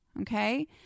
Okay